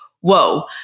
whoa